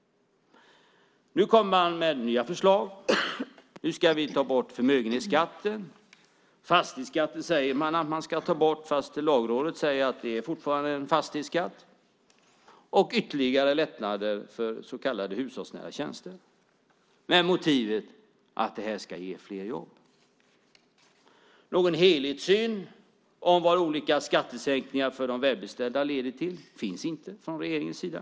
Nu kommer man med nya förslag. Nu ska vi ta bort förmögenhetsskatten. Fastighetsskatten säger man att man ska ta bort fast Lagrådet säger att det fortfarande är en fastighetsskatt. Det ska också bli ytterligare lättnader för så kallade hushållsnära tjänster med motivet att det ska ge fler jobb. Någon helhetssyn av vad olika skattesänkningar för de välbeställda leder till finns inte från regeringens sida.